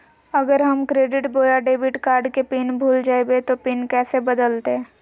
अगर हम क्रेडिट बोया डेबिट कॉर्ड के पिन भूल जइबे तो पिन कैसे बदलते?